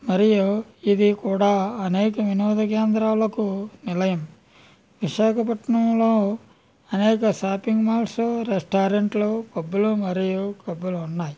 మరియు ఇది కూడా అనేక వినోద కేంద్రాలకు నిలయం విశాఖపట్నంలో అనేక షాపింగ్ మాల్స్ రెస్టారెంట్లు పబ్బులో మరియు క్లబ్బులు ఉన్నాయి